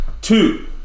Two